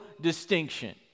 distinction